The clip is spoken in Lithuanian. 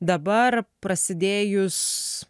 dabar prasidėjus